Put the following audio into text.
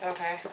Okay